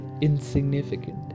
insignificant